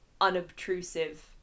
unobtrusive